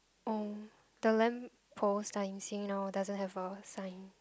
oh the lamp post I see you know doesn't have a sign